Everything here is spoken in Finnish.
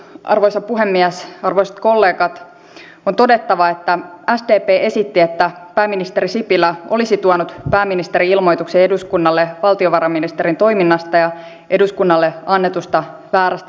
tämä on asia johon on yhteisesti otettava kantaa samassa hengessä kuin viime vaalikaudella edustaja kanervan johtama parlamentaarinen puolustusselvitysryhmä teki ja hyvän konsensuksen löysikin